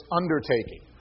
undertaking